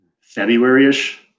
February-ish